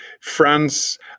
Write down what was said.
France